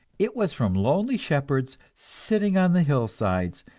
it was from lonely shepherds sitting on the hillsides,